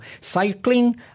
Cycling